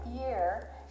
year